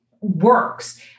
works